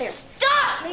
stop